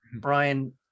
Brian